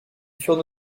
furent